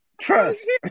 Trust